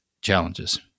challenges